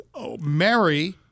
Mary